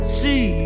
see